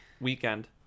weekend